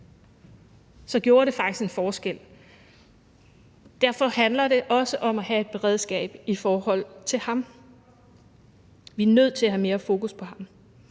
gjorde det faktisk en forskel. Derfor handler det også om at have et beredskab i forhold til ham. Vi er nødt til at have mere fokus på ham